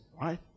Right